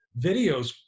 videos